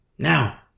Now